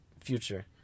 future